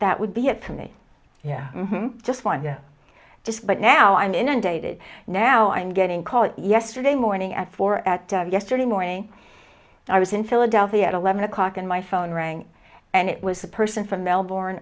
that would be it to me yeah just one but now i'm inundated now and getting called yesterday morning at four at yesterday morning i was in philadelphia at eleven o'clock and my phone rang and it was a person from melbourne